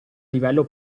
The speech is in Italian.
livello